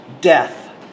Death